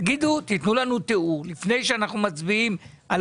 תנו לנו תיאור - לפני שאנחנו מצביעים על